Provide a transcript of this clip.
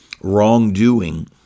wrongdoing